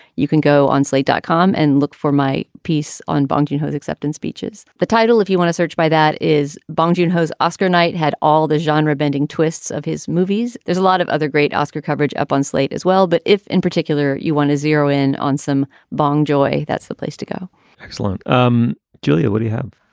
you can go on slate dot com and look for my piece on bunkie, whose acceptance speeches the title, if you want to search by that is bong joon ho's oscar night had all the genre-bending twists of his movies. there's a lot of other great oscar coverage up on slate as well. but if in particular, you want to zero in on some bong joy, that's the place to go excellent. um julia, what do you have?